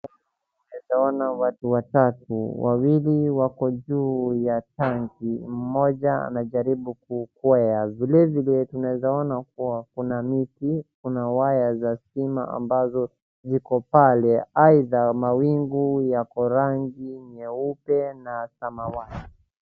Ninaona watu watatu, wawili wako juu ya tangi, mmoja anajaribu kukwea, vilevile tunaeza ona kuwa kuna miti, kuna waya za stima ambazo ziko pale, aidha mawingu yako rangi nyeupe na samawati.